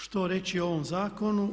Što reći o ovom zakonu?